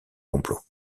complot